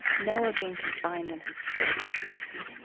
noah being confined in his space that's right,